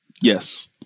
Yes